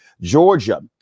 Georgia